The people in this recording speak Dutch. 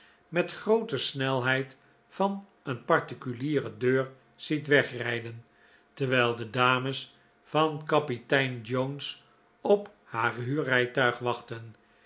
met groote snelheid van een particuliere deur ziet wegrijden terwijl de dames van kapitein jones op haar huurrijtuig wachten